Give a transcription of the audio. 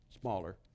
smaller